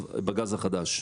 בגז החדש.